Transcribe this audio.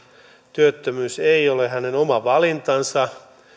työttömyys ei ole hänen oma valintansa